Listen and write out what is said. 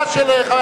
לא צריך.